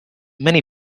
many